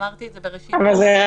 אמרתי את זה בראשית דבריי.